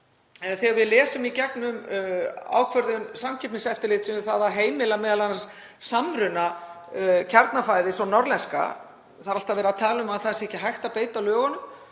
þegar við lesum í gegnum ákvörðun Samkeppniseftirlitsins um að heimila m.a. samruna Kjarnafæðis og Norðlenska — það er alltaf verið að tala um að það sé ekki hægt að beita lögunum